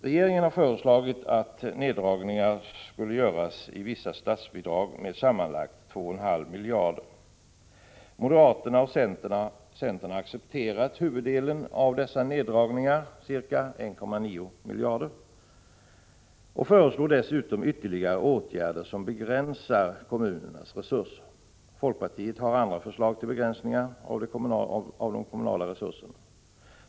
Regeringen har föreslagit att neddragningar skulle göras i vissa statsbidrag med sammanlagt 2,5 miljarder kronor. Moderaterna och centern har accepterat huvuddelen av dessa neddragningar, ca 1,9 miljarder, och föreslår dessutom ytterligare åtgärder som begränsar kommunernas resurser. Folkpartiet har andra förslag till begränsningar av de kommunala resurserna.